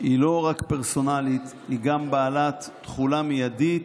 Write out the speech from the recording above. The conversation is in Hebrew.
היא לא רק פרסונלית, היא גם בעלת תחולה מיידית